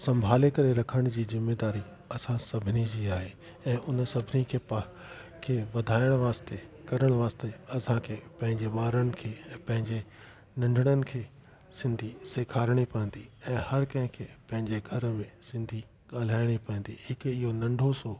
संभाले करे रखण जी ज़िम्मेदारी असां सभिनी जी आए ऐं हुन सभिनी खे पाण खे वधाइण वास्ते करण वास्ते असांखे पंहिंजे ॿारनि खे ऐं पंहिंजे नंढणनि खे सिंधी सेखारणी पवंदी ऐं हर कंहिंखे पंहिंजे घर में सिंधी ॻाल्हाइणी पवंदी हिकु इहो नंढो सौ